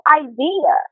idea